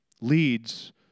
leads